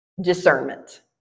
discernment